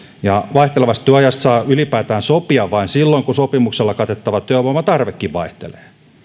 ja vaihtelevasta työajasta saa ylipäätään sopia vain silloin kun sopimuksella katettava työvoimatarvekin vaihtelee